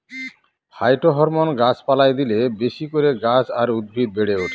phytohormone গাছ পালায় দিলে বেশি করে গাছ আর উদ্ভিদ বেড়ে ওঠে